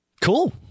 Cool